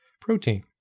protein